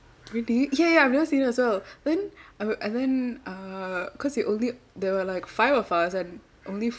really ya ya I've never seen as well then I will and then uh because we only there were like five of us and only